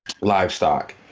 livestock